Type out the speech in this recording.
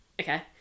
Okay